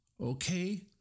Okay